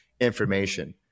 information